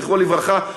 זכרו לברכה,